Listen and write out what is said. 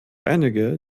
einige